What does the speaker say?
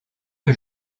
que